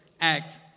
act